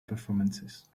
performances